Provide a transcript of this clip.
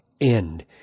end